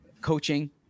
coaching